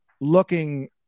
looking